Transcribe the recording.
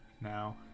now